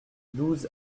douze